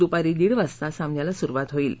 द्पारी दीड वाजता सामन्याला सुरुवात होईल